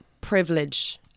privilege